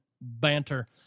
banter